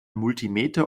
multimeter